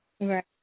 Right